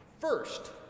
First